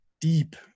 deep